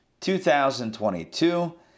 2022